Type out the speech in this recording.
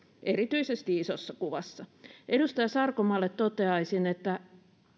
erityisesti isossa kuvassa edustaja sarkomaalle toteaisin että